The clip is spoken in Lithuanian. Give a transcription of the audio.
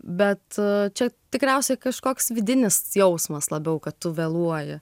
bet čia tikriausiai kažkoks vidinis jausmas labiau kad tu vėluoji